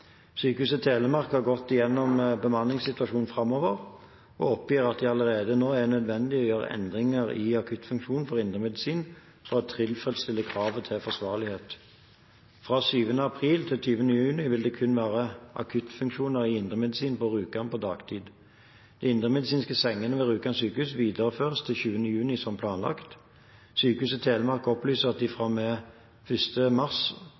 Sykehuset Telemark har gått gjennom bemanningssituasjonen framover og oppgir at det allerede nå er nødvendig å gjøre endringer i akuttfunksjonen for indremedisin for å tilfredsstille kravet til forsvarlighet. Fra 7. april til 20. juni vil det kun være akuttfunksjoner i indremedisin på Rjukan på dagtid. De indremedisinske sengene ved Rjukan sykehus videreføres til 20. juni, som planlagt. Sykehuset Telemark opplyser at det fra og med 1. mars